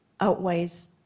outweighs